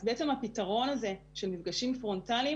אז בעצם הפתרון הזה של מפגשים פרונטליים